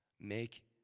Make